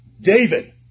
David